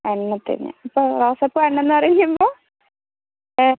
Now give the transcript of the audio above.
അങ്ങനെ തന്നെയാ ഇപ്പോൾ റോസാ പൂ എണ്ണംന്ന് പറയുമ്പോൾ